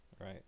Right